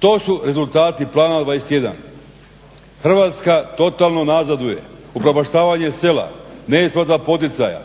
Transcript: To su rezultati planova 21. Hrvatska totalno nazaduje. Upropaštavanje sela, ne isplata poticaja,